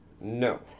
No